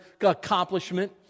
accomplishment